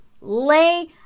lay